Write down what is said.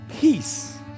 peace